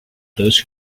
those